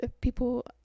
people